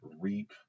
reap